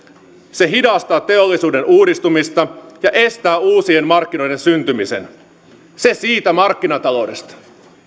se hidastaa teollisuuden uudistumista ja estää uusien markkinoiden syntymisen se siitä markkinataloudesta